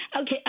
Okay